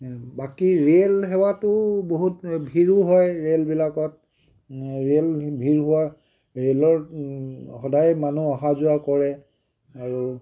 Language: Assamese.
বাকী ৰেল সেৱাটো বহুত ভিৰো হয় ৰেলবিলাকত ৰেল ভিৰ হোৱা ৰেলত সদায় মানুহ অহা যোৱা কৰে আৰু